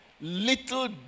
Little